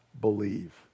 believe